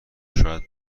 شاید